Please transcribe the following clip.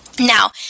Now